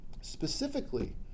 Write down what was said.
Specifically